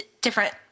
different